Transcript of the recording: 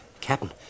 Captain